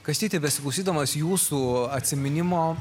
kastyti besiklausydamas jūsų atsiminimo